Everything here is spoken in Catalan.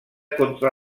contra